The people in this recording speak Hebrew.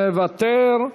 מוותר,